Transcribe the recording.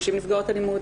נשים נפגעות אלימות,